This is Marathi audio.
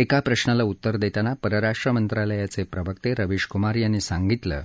एका प्रश्नाला उत्तर देताना परराष्ट्र मंत्रालयाचे प्रवक्ते रविशकुमार यांनी सांगितलं